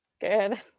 Good